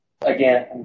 Again